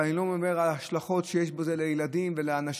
ואני לא מדבר על ההשלכות שיש לזה על ילדים ואנשים.